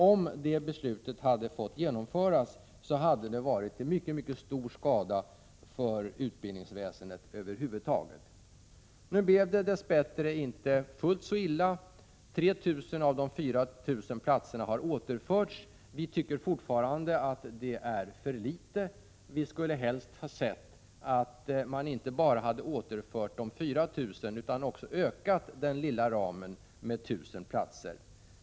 Om det beslutet hade fått genomföras, hade det varit till mycket stor skada för hela utbildningsväsendet. Nu blev det dess bättre inte fullt så illa — 3 000 av de 4 000 platserna har återförts. Vi tycker fortfarande att det är för litet. Vi skulle helst ha sett att man inte bara hade återfört de 4 000 platserna, utan också ökat den lilla ramen med 1 000 platser.